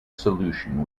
solution